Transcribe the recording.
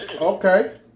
Okay